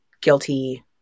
guilty